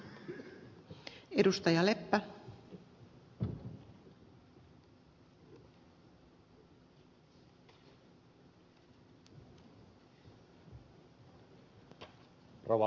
arvoisa rouva puhemies